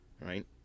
right